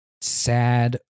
sad